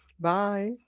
Bye